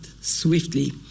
swiftly